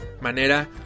manera